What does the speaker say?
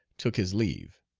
took his leave.